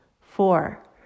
Four